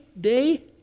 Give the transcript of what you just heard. day